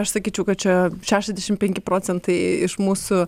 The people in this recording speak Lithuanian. aš sakyčiau kad čia šešiasdešimt penki procentai iš mūsų